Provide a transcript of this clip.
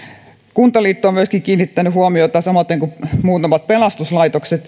kuntaliitto on myöskin kiinnittänyt huomiota samoiten kuin muutamat pelastuslaitokset